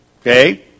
Okay